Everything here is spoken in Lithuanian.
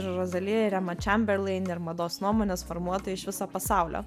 ir rozalija remačemberlainer ir mados nuomonės formuotojai iš viso pasaulio